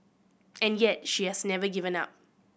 and yet she has never given up